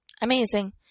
Amazing